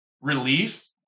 relief